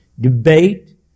debate